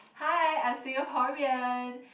hi I'm Singaporean